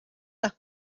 las